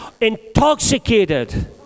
intoxicated